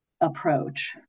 approach